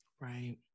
Right